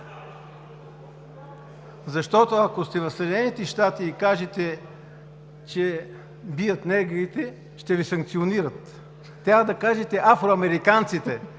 Защото, ако сте в Съединените щати и кажете, че бият негрите, ще Ви санкционират. Трябва да кажете афроамериканците.